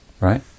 Right